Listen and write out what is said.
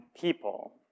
people